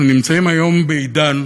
אנחנו נמצאים היום בעידן